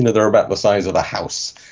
and they were about the size of a house,